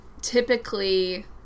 Typically